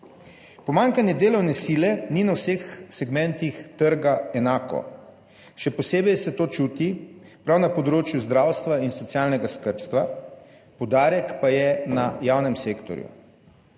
Pomanjkanje delovne sile ni na vseh segmentih trga enako. Še posebej se to čuti prav na področju zdravstva in socialnega skrbstva, poudarek pa je na javnem sektorju.